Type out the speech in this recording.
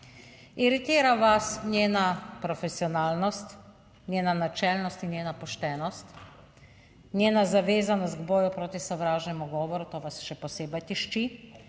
Iritira vas njena profesionalnost, njena načelnost in njena poštenost. Njena zavezanost k boju proti sovražnemu govoru, to vas še posebej tišči,